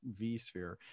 vSphere